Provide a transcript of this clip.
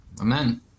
Amen